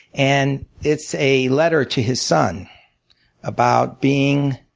and it's a letter to his son about being